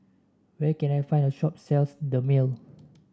where can I find a shop sells Dermale